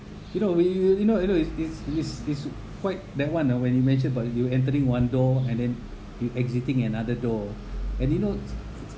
you know really you know is is is quite that one ah when you mention about you entering one door and then you exiting another door and you know